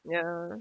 ya